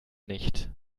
nicht